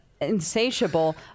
insatiable